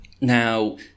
now